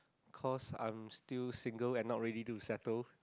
cause I am still single and not ready to settle